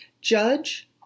judge